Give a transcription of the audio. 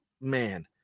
man